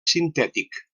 sintètic